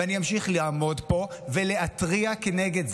ואני אמשיך לעמוד פה ולהתריע נגד זה,